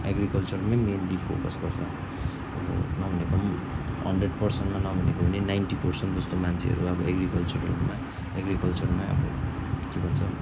एग्रिकल्चरमै mainly focus गर्छ नभनेको पनि हन्ड्रेड पर्सेन्टमा नभनेको पनि नाइन्टी पर्सेन्ट जस्तो मान्छेहरू अब एग्रिकल्चरमा एग्रिकल्चरमा अब के भन्छ